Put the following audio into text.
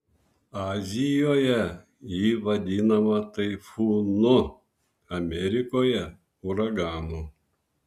azijoje ji vadinama taifūnu amerikoje uraganu